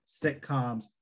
sitcoms